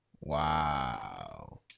Wow